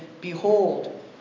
Behold